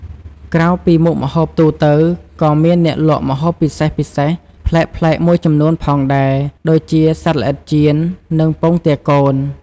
ក្រៅពីមុខម្ហូបទូទៅ ក៏មានអ្នកលក់ម្ហូបពិសេសៗប្លែកៗមួយចំនួនផងដែរ ដូចជាសត្វល្អិតចៀន និងពងទាកូន។